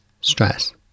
stress